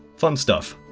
fun stuff.